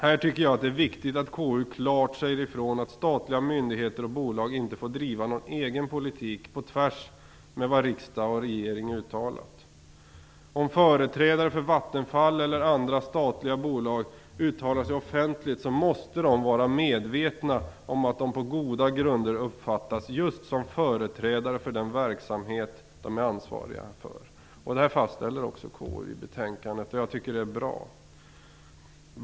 Här tycker jag att det är viktigt att KU klart säger ifrån att statliga myndigheter och bolag inte får driva en egen politik på tvärs med vad riksdag och regering uttalat. Om företrädare för Vattenfall eller andra statliga bolag uttalar sig offentligt måste de vara medvetna om att de på goda grunder uppfattas just som företrädare för den verksamhet de är ansvariga för. Det här fastställer också KU i betänkandet, och jag tycker att det är bra.